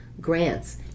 Grants